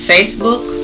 Facebook